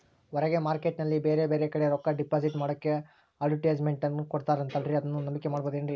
ಹೊರಗೆ ಮಾರ್ಕೇಟ್ ನಲ್ಲಿ ಬೇರೆ ಬೇರೆ ಕಡೆ ರೊಕ್ಕ ಡಿಪಾಸಿಟ್ ಮಾಡೋಕೆ ಅಡುಟ್ಯಸ್ ಮೆಂಟ್ ಕೊಡುತ್ತಾರಲ್ರೇ ಅದನ್ನು ನಂಬಿಕೆ ಮಾಡಬಹುದೇನ್ರಿ?